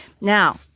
Now